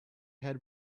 had